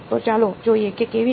તો ચાલો જોઈએ કે કેવી રીતે